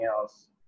else